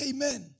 Amen